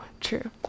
true